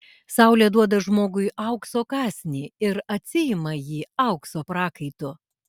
saulė duoda žmogui aukso kąsnį ir atsiima jį aukso prakaitu